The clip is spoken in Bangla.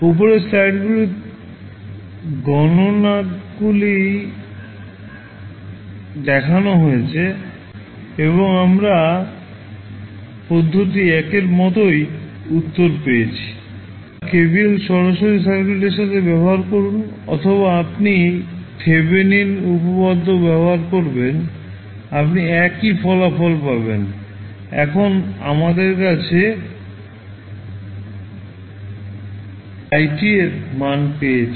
উপরের স্লাইডগুলির গণনাগুলি দেখানো হয়েছে এবং আমরা পদ্ধতি 1 এর মতোই উত্তর পেয়েছি সুতরাং আপনি হয় KVL সরাসরি সার্কিটের সাথে ব্যবহার করুন অথবা আপনি থেভেনিন উপপাদ ব্যবহার করবেন আপনি একই ফলাফল পাবেন এখন আমাদের কাছে iএর মান পেয়েছি